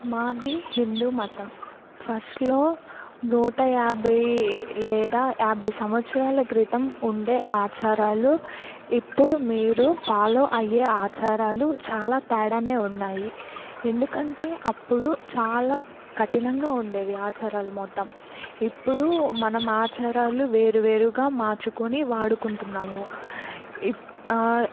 మాది హిందూ మతం ఫస్ట్లో నూట యాభై లేదా యాభై సంవత్సరాల క్రితం ఉండే ఆచారాలు ఇప్పుడు మీరు ఫాలో అయ్యే ఆచారాలు చాలా తేడానే ఉన్నాయి ఎందుకంటే అప్పుడు చాలా కఠినంగా ఉండేవి ఆచారాలు మొత్తం ఇప్పుడు మన ఆచారాలు వేరు వేరుగా మార్చుకుని వాడుకుంటున్నాము ఇప్